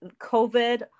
covid